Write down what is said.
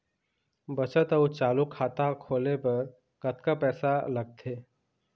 बचत अऊ चालू खाता खोले बर कतका पैसा लगथे?